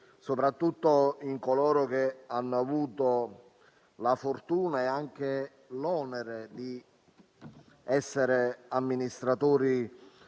soprattutto in coloro che hanno avuto la fortuna, oltre che l'onere, di essere amministratori